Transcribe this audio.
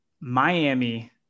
Miami